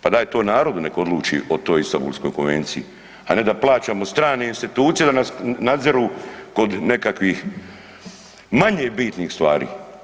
Pa daj to narodu neka odluči o toj Istambulskom konvenciji, a ne da plaćamo strane institucije da nas nadziru kod nekakvih manje bitnih stvari.